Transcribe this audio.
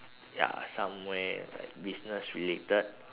ya somewhere like business related